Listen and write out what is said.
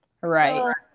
Right